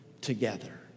together